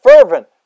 fervent